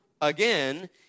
again